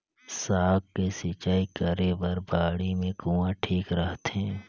साग के सिंचाई करे बर बाड़ी मे कुआँ ठीक रहथे?